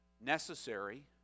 necessary